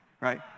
right